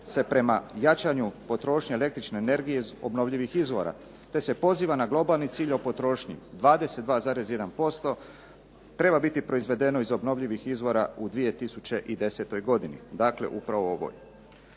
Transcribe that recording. se prema jačanju potrošnje električne energije iz obnovljivih izvora te se poziva na globalni cilj o potrošnji. 22,1% treba biti proizvedeno iz obnovljivih izvora u 2010. godini, dakle upravo u ovoj.